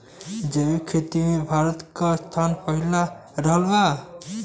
जैविक खेती मे भारत के स्थान पहिला रहल बा